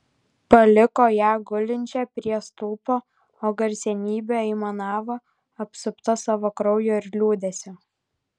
paliko ją gulinčią prie stulpo o garsenybė aimanavo apsupta savo kraujo ir liūdesio